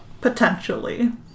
potentially